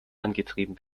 angetrieben